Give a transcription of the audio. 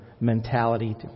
mentality